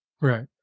Right